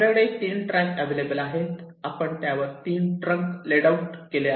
आपल्याकडे 3 track available आहेत आपण त्यावर 3 ट्रंक लेड आऊट केले आहे